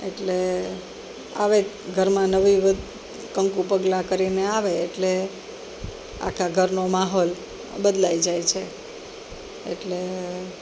એટલે આવે ઘરમાં નવી કંકુ પગલાં કરીને આવે એટલે આખા ઘરનો માહોલ બદલાઈ જાય છે એટલે